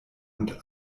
und